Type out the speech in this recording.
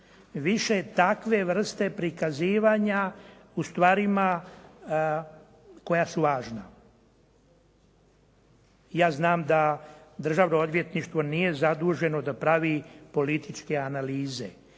više takve vrste prikazivanja u stvarima koje su važna. Ja znam da državno odvjetništvo nije zaduženo da pravi političke analize,